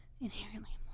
Inherently